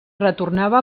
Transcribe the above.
retornava